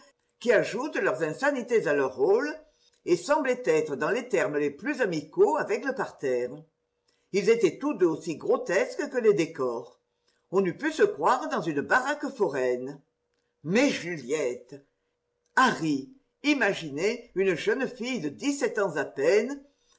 qui ajoutent leurs insanités à leurs rôles et semblait être dans les termes les plus amicaux avec le parterre ils étaient tous deux aussi grotesques que les décors on eût pu se croire dans une baraque foraine mais juliette harry imaginez une jeune fille de dix-sept ans à peine